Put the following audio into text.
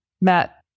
Matt